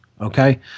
okay